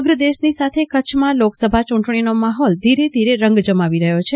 સમગ્ર દેશની સાથે કચ્છમાં લોકસભા ચૂંટણીનો માહોલ ધીરે ધીરે રંગ જમાવી રહ્યો છે